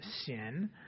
sin